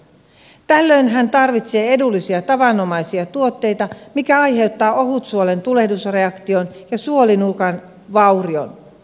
tällöin hän tarvitsee edullisia tavanomaisia tuotteita mikä aiheuttaa ohutsuolen tulehdusreaktion ja suolinukan vaurion